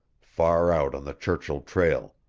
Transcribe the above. far out on the churchill trail.